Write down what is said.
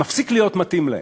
מפסיק להיות מתאים להן,